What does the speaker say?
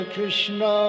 Krishna